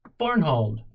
Barnhold